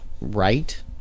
right